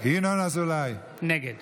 נגד